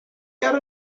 got